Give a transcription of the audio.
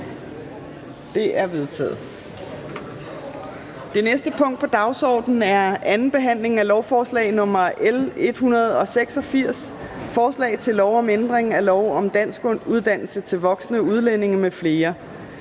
Det er vedtaget. --- Det næste punkt på dagsordenen er: 19) 2. behandling af lovforslag nr. L 186: Forslag til lov om ændring af lov om danskuddannelse til voksne udlændinge m.fl.